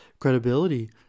credibility